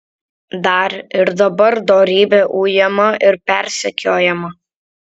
dar ir dabar dorybė ujama ir persekiojama